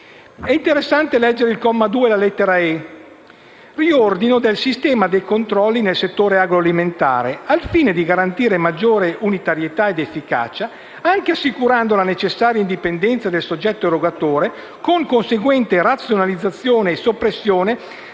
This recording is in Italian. È interessante leggere il comma 2, lettera *e)*: riordino del sistema dei controlli nel settore agroalimentare, al fine di garantire maggiore unitarietà ed efficacia, anche assicurando la necessaria indipendenza dal soggetto erogatore, con conseguente razionalizzazione o soppressione